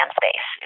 space